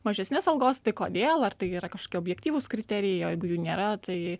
mažesnės algos tai kodėl ar tai yra kažkokie objektyvūs kriterijai o jeigu jų nėra tai